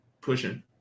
pushing